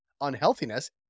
unhealthiness